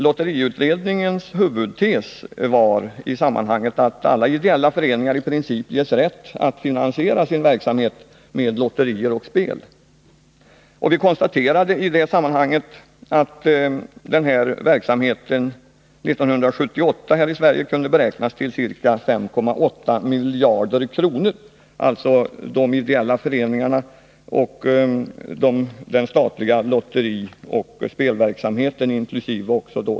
Lotteriutredningens huvudtes var att i princip alla ideella föreningar bör ges rätt att finansiera sin verksamhet med lotterier och spel. Vi konstaterade i det sammanhanget att lotterioch spelverksamheten år 1978 här i Sverige kunde beräknas till ca 5,8 miljarder kronor. Den summan omfattar de ideella föreningarnas och statens lotterioch spelverksamhet inkl.